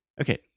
Okay